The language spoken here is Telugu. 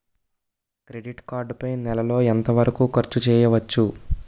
క్రెడిట్ కార్డ్ పై నెల లో ఎంత వరకూ ఖర్చు చేయవచ్చు?